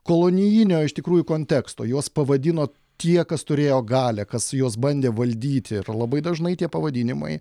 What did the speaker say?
kolonijinio iš tikrųjų konteksto juos pavadino tie kas turėjo galią kas juos bandė valdyti ir labai dažnai tie pavadinimai